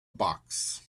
box